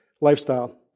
Lifestyle